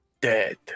dead